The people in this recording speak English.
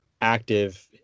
active